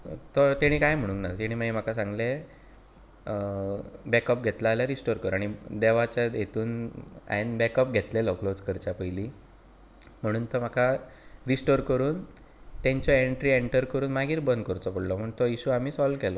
तर ताणें कांय म्हणूंक ना ताणें म्हाका सांगलें बॅकअप घेतला जाल्यार रिस्टोर कर आनी देवाच्या हेतून हायेन बॅकअप घेतलेलो क्लोज करचे पयलीं म्हणून तो म्हाका रिस्टोर करून तांच्यो एंट्री एंटर करून मागीर बंद करचो पडलो म्हणून तो इशू आमी सोल्व केलो